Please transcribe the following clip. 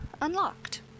Unlocked